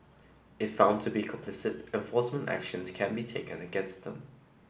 if found to be complicit enforcement actions can be taken against them